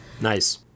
Nice